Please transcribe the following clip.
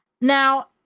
Now